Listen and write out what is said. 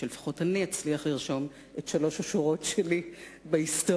שלפחות אני אצליח לרשום את שלוש השורות שלי בהיסטוריה,